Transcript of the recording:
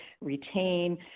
retain